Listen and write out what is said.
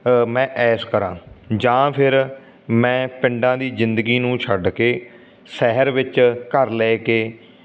ਮੈਂ ਐਸ਼ ਕਰਾਂ ਜਾਂ ਫਿਰ ਮੈਂ ਪਿੰਡਾਂ ਦੀ ਜ਼ਿੰਦਗੀ ਨੂੰ ਛੱਡ ਕੇ ਸ਼ਹਿਰ ਵਿੱਚ ਘਰ ਲੈ ਕੇ